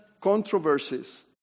controversies